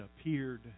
appeared